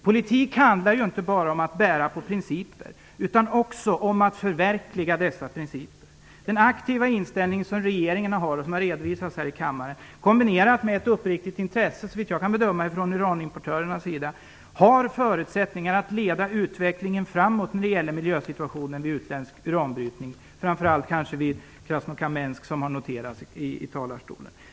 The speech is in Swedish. Politik handlar ju inte bara om att upprätthålla principer utan också om att förverkliga dessa principer. Den aktiva inställning som regeringen har - och som har redovisats här i kammaren - kombinerat med ett såvitt jag förstår uppriktigt intresse från uranimportörernas sida ger förutsättningar att leda utvecklingen framåt när det gäller miljösituationen vid utländsk uranbrytning, framför allt vid Krasnokamensk. Herr talman!